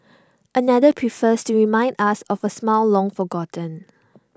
another prefers to remind us of A simile long forgotten